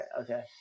okay